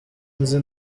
nzi